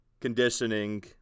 conditioning